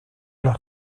los